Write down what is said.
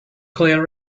clear